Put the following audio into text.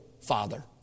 father